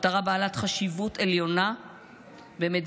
מטרה בעלת חשיבות עליונה במדינה,